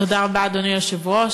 תודה רבה, אדוני היושב-ראש.